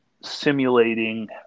simulating